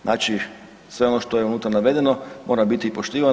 Znači sve ono što je unutra navedeno mora biti poštivano.